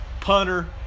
punter